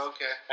Okay